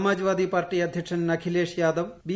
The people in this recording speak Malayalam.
സമാജ് വാദി പാർട്ടി അധ്യക്ഷൻ അഖിലേഷ് യാദവ് ബി